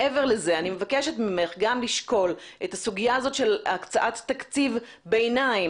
מעבר לזה אני מבקשת ממך גם לשקול את הסוגיה הזאת של הקצאת תקציב ביניים,